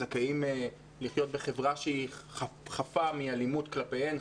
זכאיות לחיות בחברה שחפה מאלימות כלפיהן,